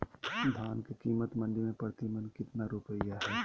धान के कीमत मंडी में प्रति मन कितना रुपया हाय?